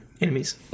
Enemies